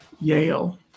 Yale